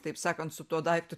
taip sakant su tuo daiktu